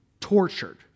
tortured